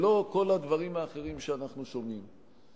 ולא כל הדברים האחרים שאנחנו שומעים.